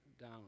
down